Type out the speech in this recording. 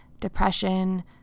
depression